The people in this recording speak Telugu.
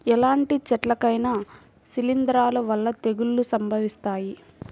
ఎలాంటి చెట్లకైనా శిలీంధ్రాల వల్ల తెగుళ్ళు సంభవిస్తాయి